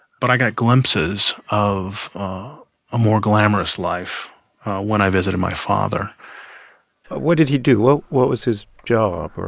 but i got glimpses of a more glamorous life when i visited my father what did he do? what what was his job, or?